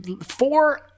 four